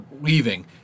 leaving